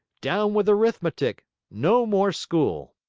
down with arithmetic! no more school!